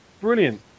brilliant